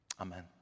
Amen